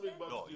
מה זה מקבץ דיור?